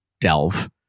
Delve